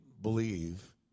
believe